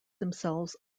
themselves